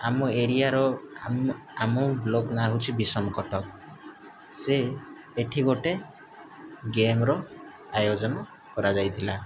ଆମ ଏରିଆର ଆମ ବ୍ଲକ୍ ନାଁ ହେଉଛି ବିଷମ କଟକ ସେ ଏଠି ଗୋଟେ ଗେମ୍ର ଆୟୋଜନ କରା ଯାଇଥିଲା